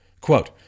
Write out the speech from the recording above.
Quote